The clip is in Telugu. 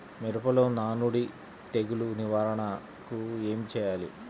మిరపలో నానుడి తెగులు నివారణకు ఏమి చేయాలి?